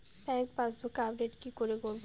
Bank passbook update কি করে করবো?